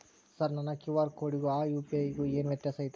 Sir ನನ್ನ QR ಕೊಡಿಗೂ ಆ ಯು.ಪಿ.ಐ ಗೂ ಏನ್ ವ್ಯತ್ಯಾಸ ಐತ್ರಿ?